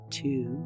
two